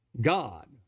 God